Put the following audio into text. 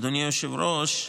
אדוני היושב-ראש,